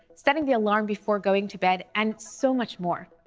setting the alarm before going to bed and so much more.